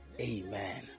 Amen